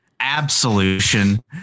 Absolution